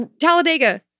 Talladega